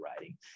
writing